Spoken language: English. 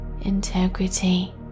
integrity